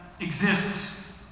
exists